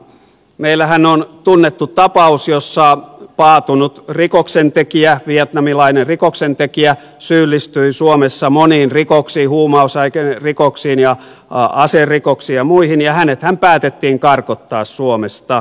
meillähän on tunnettu tapaus jossa paatunut rikoksentekijä vietnamilainen rikoksentekijä syyllistyi suomessa moniin rikoksiin huumausainerikoksiin ja aserikoksiin ja muihin ja hänethän päätettiin karkottaa suomesta